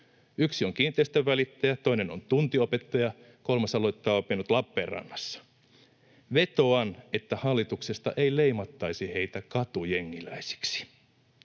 Yksi on kiinteistönvälittäjä, toinen on tuntiopettaja, kolmas aloittaa opinnot Lappeenrannassa. Vetoan, että hallituksesta ei leimattaisi heitä katujengiläisiksi.